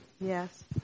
Yes